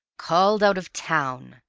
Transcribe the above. called out of town!